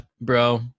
bro